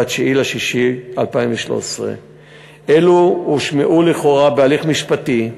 ב-9 ביוני 2013. אלו הושמעו לכאורה בהליך משפטי,